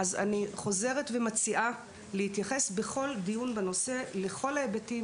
אז אני חוזרת ומציעה להתייחס בכל דיון בנושא לכל ההיבטים,